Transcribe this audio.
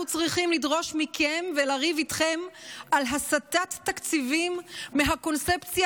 אנחנו צריכים לדרוש מכם ולריב איתכם על הסטת תקציבים מהקונספציה